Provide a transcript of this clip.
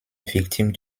victime